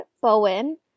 Bowen